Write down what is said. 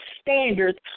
standards